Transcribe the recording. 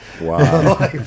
Wow